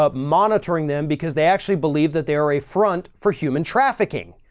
ah monitoring them because they actually believe that they are a front for human trafficking.